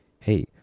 hey